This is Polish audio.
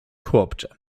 chłopcze